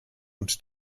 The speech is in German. und